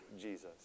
Jesus